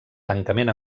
tancament